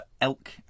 elk